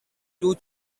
two